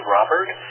Robert